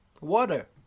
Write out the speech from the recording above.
water